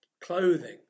clothing